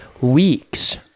weeks